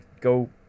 go